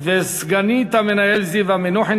וסגנית המנהל זיוה מנוחין,